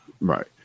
Right